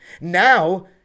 Now